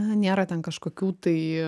na nėra ten kažkokių tai